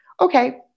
okay